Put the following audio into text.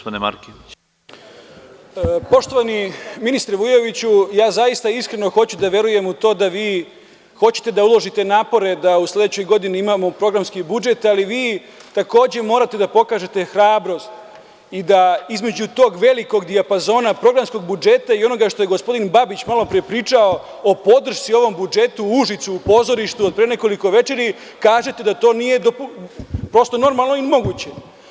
Poštovani ministre Vujoviću, zaista hoću iskreno da verujem u to da vi hoćete da uložite napor da u sledećoj godini imamo programski budžet, ali vi takođe morate da pokažete hrabrost i da između tog velikog dijapazona programskog budžeta i onoga što je gospodin Babić malo pre pričao o podršci ovom budžetu, u Užicu u pozorištu od pre nekoliko večeri, kažete da to nije prosto normalno i moguće.